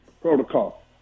protocol